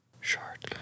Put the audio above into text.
short